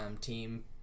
team